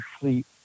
sleep